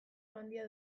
handia